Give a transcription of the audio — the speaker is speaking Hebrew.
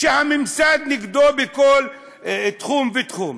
שהממסד נגדו בכל תחום ותחום?